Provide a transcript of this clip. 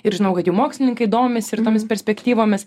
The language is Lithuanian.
ir žinau kad jau mokslininkai domisi ir tomis perspektyvomis